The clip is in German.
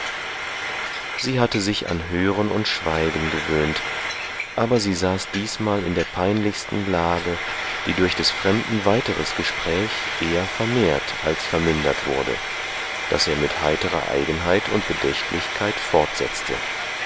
sie hatte sich an hören und schweigen gewöhnt aber sie saß diesmal in der peinlichsten lage die durch des fremden weiteres gespräch eher vermehrt als vermindert wurde das er mit heiterer eigenheit und bedächtlichkeit fortsetzte